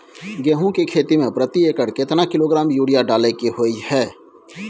गेहूं के खेती में प्रति एकर केतना किलोग्राम यूरिया डालय के होय हय?